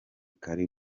kari